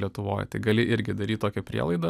lietuvoj tai gali irgi daryt tokią prielaidą